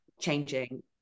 changing